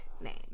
name